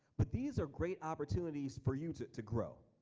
but these are great opportunities for you to to grow.